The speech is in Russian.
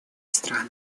страны